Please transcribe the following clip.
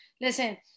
Listen